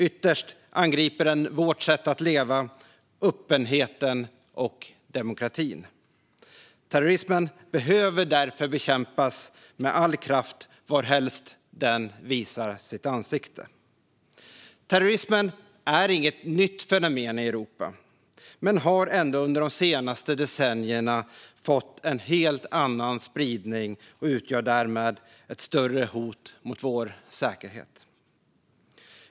Ytterst angriper den vårt sätt att leva, öppenheten och demokratin. Terrorismen behöver därför bekämpas med all kraft varhelst den visar sitt ansikte. Terrorismen är inget nytt fenomen i Europa, men den har under de senaste decennierna fått en helt annan spridning och utgör därmed ett större hot mot vår säkerhet.